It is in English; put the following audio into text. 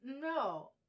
no